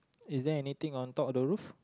is there anything on top of the roof